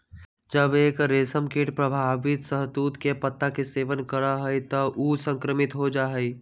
जब एक रेशमकीट प्रभावित शहतूत के पत्ता के सेवन करा हई त ऊ संक्रमित हो जा हई